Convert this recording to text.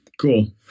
Cool